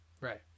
right